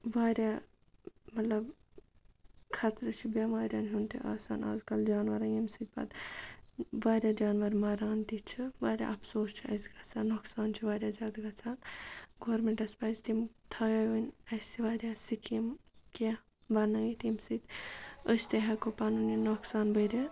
واریاہ مطلب خطرٕ چھِ بٮ۪مارٮ۪ن ہُنٛد تہِ آسان اَزکَل جانوَرَن ییٚمہِ سۭتۍ پَتہٕ واریاہ جانوَر مَران تہِ چھِ واریاہ افسوٗس چھِ اَسہِ گژھان نۄقصان چھِ واریاہ زیادٕ گژھان گورمیٚنٛٹَس پَزِ تِم تھاوے وۄنۍ اَسہِ واریاہ سِکیٖم کیںٛہہ بَنٲیِتھ ییٚمہِ سۭتۍ أسۍ تہِ ہیٚکو پَنُن یہِ نۄقصان بٔرِتھ